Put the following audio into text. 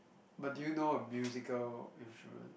but do you know a musical instrument